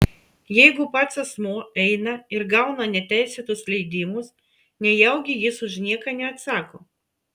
jeigu pats asmuo eina ir gauna neteisėtus leidimus nejaugi jis už nieką neatsako